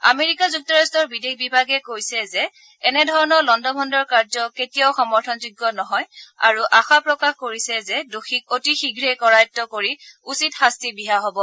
America যুক্তৰাট্টৰ বিদেশ বিভাগে কৈছে যে এনে ধৰণৰ লণ্ডভণ্ডৰ কাৰ্য কেতিয়াও সমৰ্থনযোগ্য নহয় আৰু আশা প্ৰকাশ কৰিছে যে দোষীক অতি শীঘ্ৰেই কৰায়ত্ত কৰি উচিত শাস্তি বিহা হব